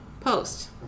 post